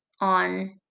on